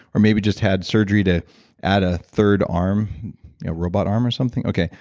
or maybe just had surgery to add a third arm, a robot arm or something? okay,